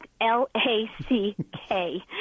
L-A-C-K